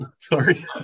sorry